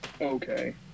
Okay